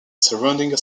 surrounding